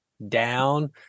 down